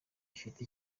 ufite